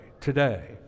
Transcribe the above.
today